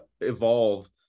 evolve